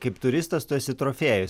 kaip turistas tu esi trofėjus